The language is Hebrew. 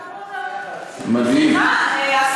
מדהים, פשוט מדהים.